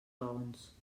raons